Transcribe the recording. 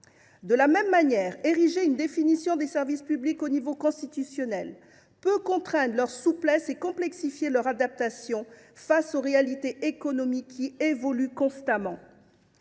De la même manière, ériger une définition des services publics au niveau constitutionnel peut limiter la souplesse de ces derniers et complexifier leur adaptation aux réalités économiques qui évoluent constamment.